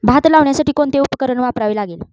भात लावण्यासाठी कोणते उपकरण वापरावे लागेल?